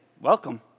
welcome